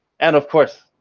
and, of course,